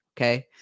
Okay